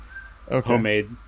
homemade